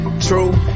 True